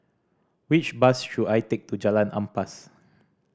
which bus should I take to Jalan Ampas